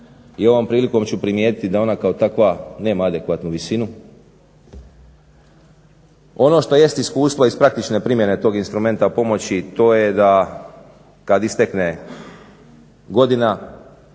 I ovom prilikom ću primijetiti da ona kao takva nema adekvatnu visinu. Ono što jest iskustvo iz praktične primjene tog instrumenta pomoći, to je kad istekne godina